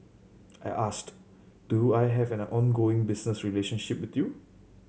I asked do I have an ongoing business relationship with you